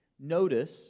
Notice